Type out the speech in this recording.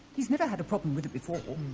he's never had a problem with it before.